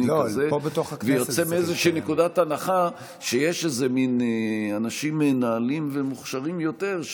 ויוצא מאיזו נקודת הנחה שיש איזה מין אנשים מנהלים ומוכשרים יותר,